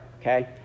okay